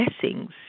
blessings